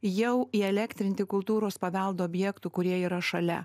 jau įelektrinti kultūros paveldo objektų kurie yra šalia